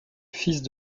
fils